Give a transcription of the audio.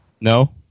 No